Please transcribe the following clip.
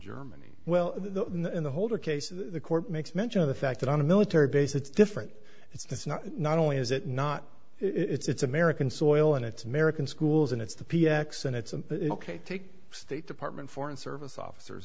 germany well the in the holder cases the court makes mention of the fact that on a military base it's different it's not not only is it not it's american soil and it's american schools and it's the p x and it's ok to take state department foreign service officers